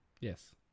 Yes